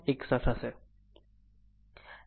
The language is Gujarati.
61 હશે